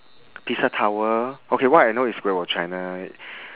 pisa tower okay what I know is great wall of china